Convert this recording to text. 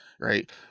right